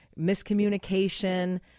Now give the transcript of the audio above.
Miscommunication